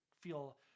feel